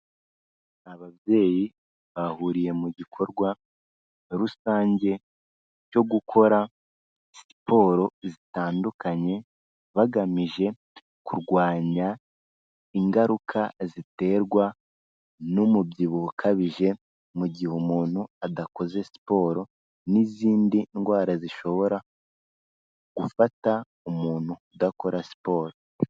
Ababyeyi bahuriye mu gikorwa rusange cyo gukora sisiporo zitandukanye bagamije kurwanya ingaruka ziterwa n'umubyibuho ukabije mu gihe umuntu adakoze siporo n'izindi ndwara zishobora gufata umuntu udakora siporo.